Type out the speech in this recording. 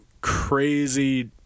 crazy